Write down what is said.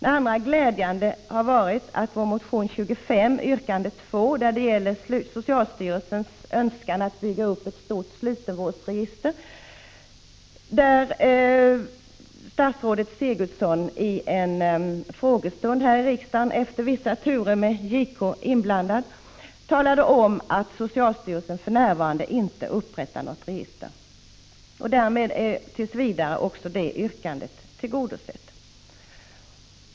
En annan glädjande sak är vad som skett med anledning av vår motion 25, yrkande 2, som gäller socialstyrelsens önskan att bygga upp ett stort slutenvårdsregister. Statsrådet Sigurdsen har vid en frågestund i riksdagen, efter vissa turer med JK inblandad, talat om att socialstyrelsen för närvarande inte upprättar något register. Därmed är tills vidare också det yrkandet tillgodosett.